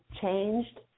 changed